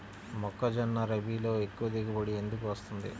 మొక్కజొన్న రబీలో ఎక్కువ దిగుబడి ఎందుకు వస్తుంది?